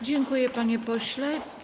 Dziękuję, panie pośle.